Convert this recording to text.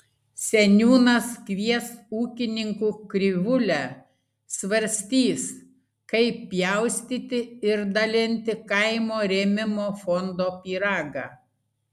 seniūnas kvies ūkininkų krivūlę svarstys kaip pjaustyti ir dalinti kaimo rėmimo fondo pyragą